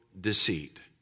deceit